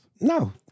No